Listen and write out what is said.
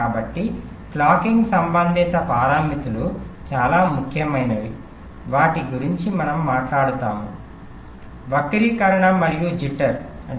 కాబట్టి క్లాకింగ్ సంబంధిత పారామితులు చాలా ముఖ్యమైనవి వాటి గురించి మనం మాట్లాడతాము వక్రీకరణ మరియు జిట్టర్skew jitter